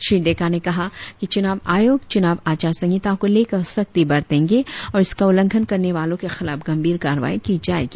श्री डेका ने कहा कि चुनाव आयोग चुनाव आचार संहिता को लेकर सख्ती बढ़तेंगे और इसका उल्लंघन करने वाले के खिलाफ गंभीर कार्रवाई की जाएगी